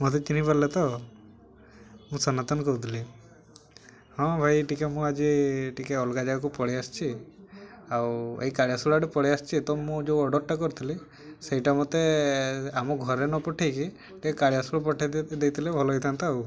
ମତେ ଚିହ୍ନି ପାରିଲେ ତ ମୁଁ ସନାତନ କହୁଥିଲି ହଁ ଭାଇ ଟିକେ ମୁଁ ଆଜି ଟିକେ ଅଲଗା ଜାଗାକୁ ପଳେଇଆସିଛି ଆଉ ଏଇ କାଳିଆ ଶୁଳାଟେ ପଳେଇଆସିଛି ତ ମୁଁ ଯେଉଁ ଅର୍ଡ଼ରଟା କରିଥିଲି ସେଇଟା ମତେ ଆମ ଘରେ ନ ପଠେଇକି ଟିକେ କାଳିଆ ଶୁଳ ପଠେଇ ଦେଇଥିଲେ ଭଲ ହେଇଥାନ୍ତା ଆଉ